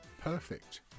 Perfect